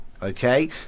Okay